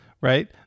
right